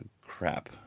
crap